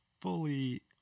fully